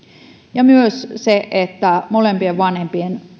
ja myös se että molempien vanhempien